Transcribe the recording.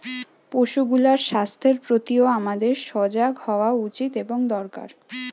পশুগুলার স্বাস্থ্যের প্রতিও আমাদের সজাগ হওয়া উচিত এবং দরকার